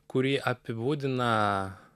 kurį apibūdina